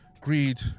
greed